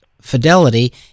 fidelity